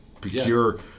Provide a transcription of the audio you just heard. procure